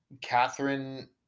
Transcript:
Catherine